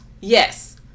yes